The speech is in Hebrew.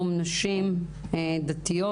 פורום נשים דתיות.